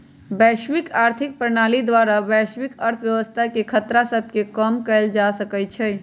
वैश्विक आर्थिक प्रणाली द्वारा वैश्विक अर्थव्यवस्था के खतरा सभके कम कएल जा सकइ छइ